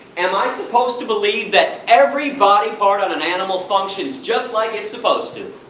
am i supposed to believe, that every body part of an animal functions just like it's supposed to,